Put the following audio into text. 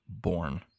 Born